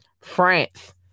France